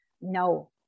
no